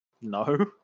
No